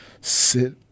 Sit